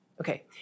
Okay